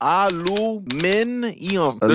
aluminum